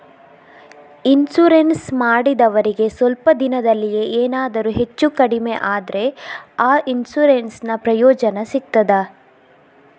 Insurance ಮಾಡಿದವರಿಗೆ ಸ್ವಲ್ಪ ದಿನದಲ್ಲಿಯೇ ಎನಾದರೂ ಹೆಚ್ಚು ಕಡಿಮೆ ಆದ್ರೆ ಆ ಇನ್ಸೂರೆನ್ಸ್ ನ ಪ್ರಯೋಜನ ಸಿಗ್ತದ?